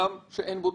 עולם הבנקאות?